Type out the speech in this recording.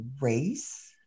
race